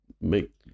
make